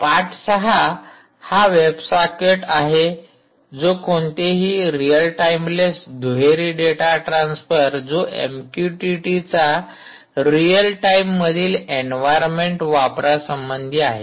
पाठ ६ हा web socket आहे जो कोणतेही रिअल टाइमलेस दुहेरी डेटा ट्रान्स्फर जो एमक्यूटीटीचा रियल टाइम मधील एन्व्हायरमेंट वापरासंबंधी आहे